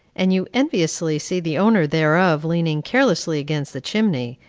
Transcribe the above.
and you enviously see the owner thereof leaning carelessly against the chimney,